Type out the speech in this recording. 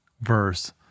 verse